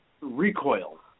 recoil